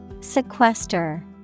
Sequester